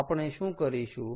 તો આપણે શું કરીશું